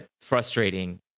frustrating